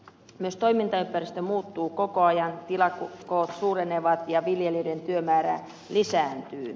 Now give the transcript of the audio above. myös toimintaympäristö muuttuu koko ajan tilakoot suurenevat ja viljelijöiden työmäärä lisääntyy